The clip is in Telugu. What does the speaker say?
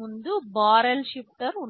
ముందు బారెల్ షిఫ్టర్ ఉన్నాయి